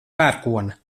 pērkona